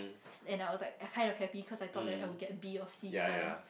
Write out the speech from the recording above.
and I was like kind of happy cause I thought like I will get B or C even